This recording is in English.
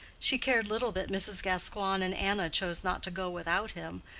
she cared little that mrs. gascoigne and anna chose not to go without him,